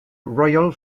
royal